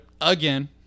again